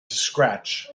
scratch